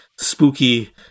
spooky